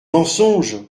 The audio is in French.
mensonges